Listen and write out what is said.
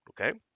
Okay